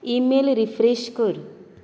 email refresh कर